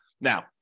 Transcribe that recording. Now